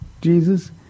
Jesus